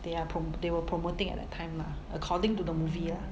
they are prom~ they were promoting at that time lah according to the movie lah